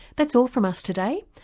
that's all from us today,